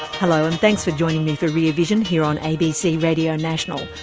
hello, and thanks for joining me for rear vision, here on abc radio national.